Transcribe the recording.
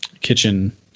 kitchen